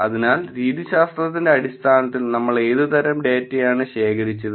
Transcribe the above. അതിനാൽ രീതിശാസ്ത്രത്തിന്റെ അടിസ്ഥാനത്തിൽ നമ്മൾ ഏതുതരം ഡാറ്റയാണ് ശേഖരിച്ചത്